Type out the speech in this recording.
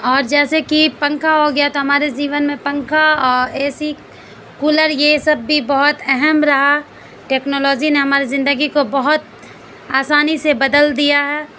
اور جیسے کہ پنکھا ہو گیا تو ہمارے جیون میں پنکھا اے سی کولر یہ سب بھی بہت اہم رہا ٹیکنالوجی نے ہماری زندگی کو بہت آسانی سے بدل دیا ہے